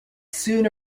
soon